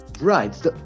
Right